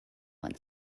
one